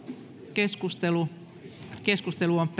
keskustelua keskustelua